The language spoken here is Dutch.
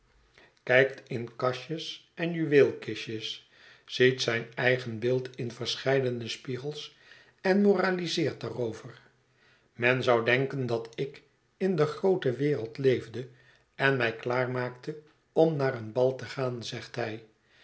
kijkt in kastjes en juweelkistjes ziet zijn eigen beeld in verscheidene spiegels en moraliseert daarover men zou denken dat ik in de groote wereld leefde en mij klaar maakte om naar een bal te gaan zegt hij